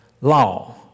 law